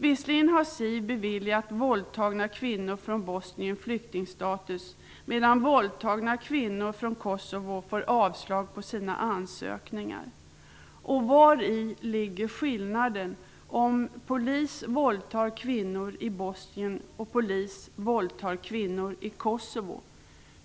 Visserligen har SIV beviljat våldtagna kvinnor från Bosnien flyktingstatus, men våldtagna kvinnor från Kosovo får avslag på sina ansökningar. Vari ligger skillnaden om polis våldtar kvinnor i Bosnien och polis våldtar kvinnor i Kosovo?